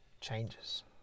changes